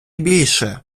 більше